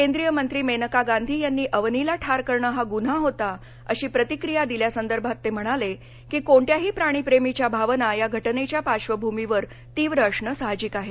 केंद्रीय मंत्री मेनका गांधी यांनी अवनीला ठार करणं हा ग्रन्हा होता अशी प्रतिक्रिया दिल्यासंदर्भात ते म्हणाले की कोणत्याही प्राणी प्रेमीघ्या भावना या घटनेच्या पार्श्वभूमीवर तीव्र असणं साहजिक आहे